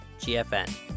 GFN